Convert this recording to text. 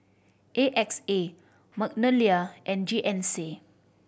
A X A Magnolia and G N C